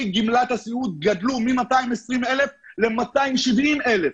גמלת הסיעוד גדלו מ-220 אלף ל-270 אלף,